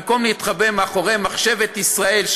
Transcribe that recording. במקום להתחבא מאחורי מחשבת ישראל,